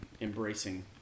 embracing